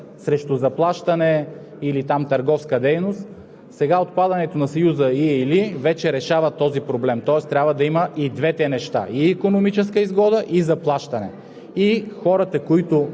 извършват така нареченото споделено пътуване, именно с текста, където се определя понятието „икономическа изгода“, „срещу заплащане“ или „търговска дейност“.